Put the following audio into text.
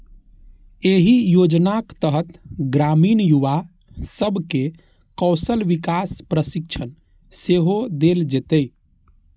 एहि योजनाक तहत ग्रामीण युवा सब कें कौशल विकास प्रशिक्षण सेहो देल जेतै